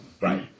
Right